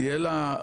תהיה לה,